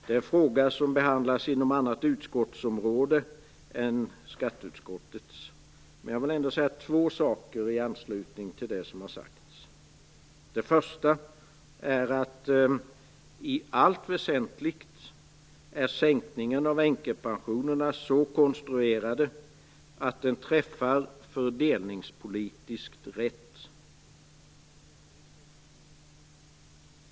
Det är en fråga som tillhör ett annat utskotts område än skatteutskottets. Jag vill ändå säga ett par saker i anslutning till vad som sagts. För det första är sänkningen av änkepensionen i allt väsentligt så konstruerad att den träffar fördelningspolitiskt rätt.